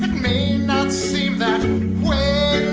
may not seem that and way